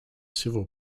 civil